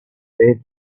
there